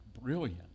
brilliant